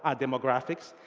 ah demographics.